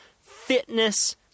fitness